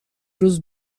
روز